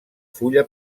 fulla